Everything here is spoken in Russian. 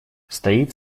стоит